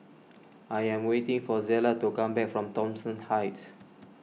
I am waiting for Zella to come back from Thomson Heights